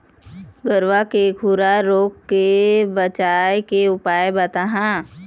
गरवा के खुरा रोग के बचाए के उपाय बताहा?